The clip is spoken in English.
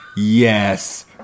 Yes